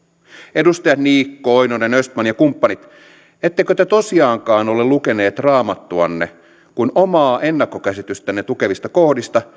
edustajat niikko oinonen östman ja kumppanit oletteko te tosiaankin lukeneet raamattuanne vain omaa ennakkokäsitystänne tukevista kohdista